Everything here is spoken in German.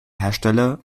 hersteller